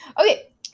Okay